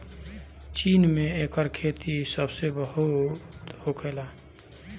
चीन में एकर खेती सबसे बेसी होला